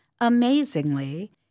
Amazingly